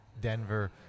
Denver